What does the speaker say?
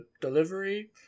delivery